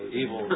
evil